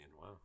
Wow